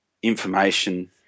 Information